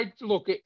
look